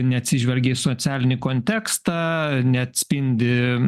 neatsižvelgia į socialinį kontekstą neatspindi